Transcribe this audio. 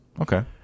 Okay